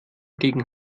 gegen